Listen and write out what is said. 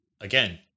again